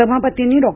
सभापतींनी डॉ